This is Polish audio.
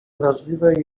wrażliwe